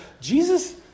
Jesus